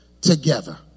together